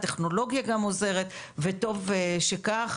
הטכנולוגיה גם עוזרת וטוב שכך.